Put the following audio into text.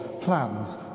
plans